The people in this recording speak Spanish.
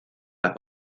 las